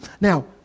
Now